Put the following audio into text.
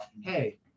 hey